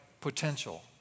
potential